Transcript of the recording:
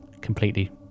completely